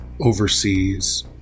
overseas